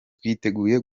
twiteguye